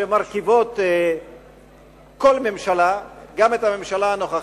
שמרכיבות כל ממשלה, גם את הממשלה הנוכחית.